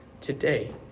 today